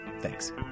Thanks